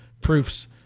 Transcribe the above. proofs